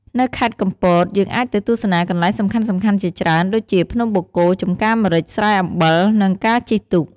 នៅខេត្តកំពត យើងអាចទៅទស្សនាកន្លែងសំខាន់ៗជាច្រើនដូចជា ភ្នំបូកគោ ចម្ការម្រេច ស្រែអំបិល និងការជិះទូក។